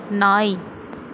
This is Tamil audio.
நாய்